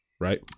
right